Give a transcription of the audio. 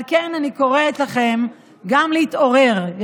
על כן אני קוראת לכם גם להתעורר.